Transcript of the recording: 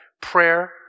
prayer